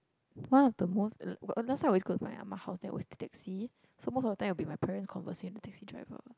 one of the most l~ last time always go to my ah ma house then always take taxi so most of the time will be my parents conversing with the taxi driver